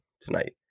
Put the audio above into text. tonight